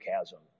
chasm